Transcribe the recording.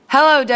Hello